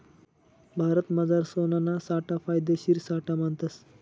भारतमझार सोनाना साठा फायदेशीर साठा मानतस